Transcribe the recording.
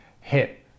hit